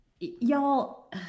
Y'all